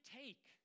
take